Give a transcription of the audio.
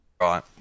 Right